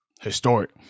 Historic